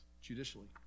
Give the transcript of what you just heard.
judicially